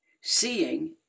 seeing